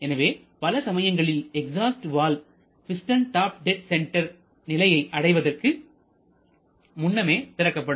எனவே பல சமயங்களில் exhaust valve piston top dead centre நிலையை அடைவதற்கு முன்னமே திறக்கப்படும்